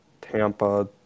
Tampa